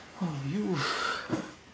oh